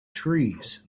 trees